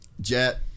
Jet